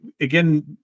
Again